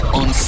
on